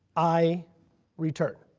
i return.